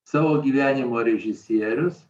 savo gyvenimo režisierius